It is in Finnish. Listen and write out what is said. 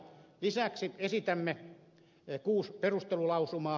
lisäksi esitämme kuusi perustelulausumaa